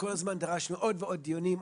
וכל הזמן דרשנו עוד ועוד דיונים.